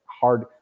hard